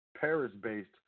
Paris-based